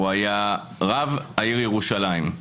הוא היה רב העיר ירושלים.